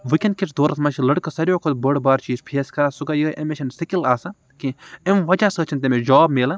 وٕنکین کِس دورس منز چھِ لٔڑکہ ساروِیو کھۄتہ بٔڑ بارٕ چیز فیس کَران سُہ گوٚو یوہے أمس چھِنہ سِکِل آسان کیٚنٛہہ امہِ وجہ سۭتۍ چھُنہ أمس جاب مِلان